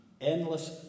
endless